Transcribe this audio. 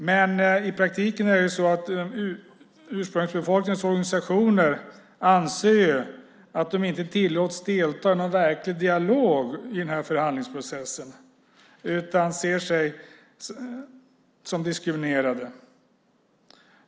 Men i praktiken anser ursprungsbefolkningens organisationer att de inte tillåts delta i någon verklig dialog i den här förhandlingsprocessen utan ser sig som diskriminerade.